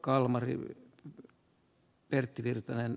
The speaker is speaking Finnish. pakko todeta ed